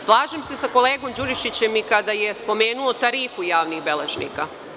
Slažem se sa kolegom Đurišićem i kada je spomenuo tarifu javnih beležnika.